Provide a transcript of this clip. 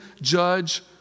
judge